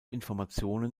informationen